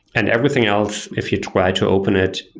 and everything else, if you try to open it,